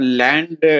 land